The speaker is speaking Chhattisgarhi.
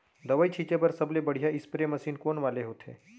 दवई छिंचे बर सबले बढ़िया स्प्रे मशीन कोन वाले होथे?